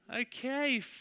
Okay